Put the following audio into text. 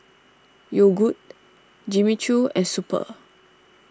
Yogood Jimmy Choo and Super